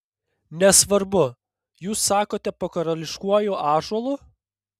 nesvarbu jūs sakote po karališkuoju ąžuolu